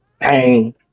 pain